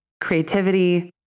creativity